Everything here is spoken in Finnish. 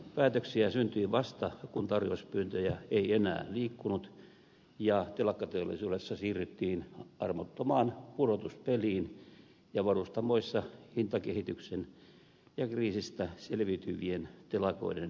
päätöksiä syntyi vasta kun tarjouspyyntöjä ei enää liikkunut ja telakkateollisuudessa siirryttiin armottomaan pudotuspeliin ja varustamoissa hintakehityksen ja kriisistä selviytyvien telakoiden kyttäilyyn